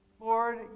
Lord